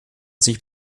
sich